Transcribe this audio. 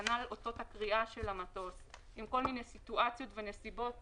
כנ"ל אותות הקריאה של המטוס בכל מיני סיטואציות ונסיבות